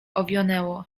owionęło